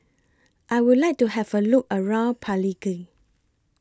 I Would like to Have A Look around Palikir